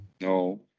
No